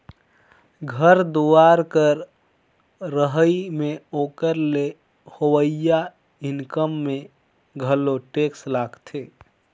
घर दुवार कर रहई में ओकर ले होवइया इनकम में घलो टेक्स लागथें